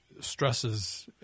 stresses